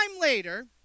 later